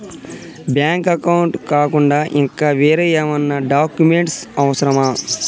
Bank account కాకుండా ఇంకా వేరే ఏమైనా డాక్యుమెంట్స్ అవసరమా?